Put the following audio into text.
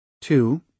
Two